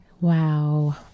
wow